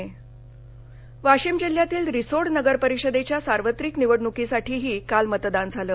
मतदान वाशिम वाशिम जिल्ह्यातील रिसोड नगरपरिषदेच्या सार्वत्रिक निवडणुकीसाठी काल मतदान झालं